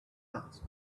asked